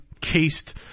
cased